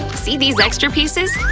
see these extra pieces?